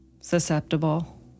Susceptible